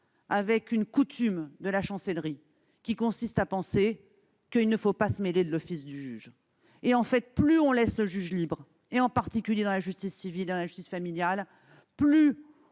avec une coutume de la chancellerie, qui consiste à penser qu'il ne faut pas se mêler de l'office du juge. Or, plus on laisse le juge libre, en particulier en matière de justice civile et de justice familiale, plus on